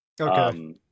Okay